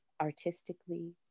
artistically